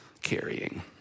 carrying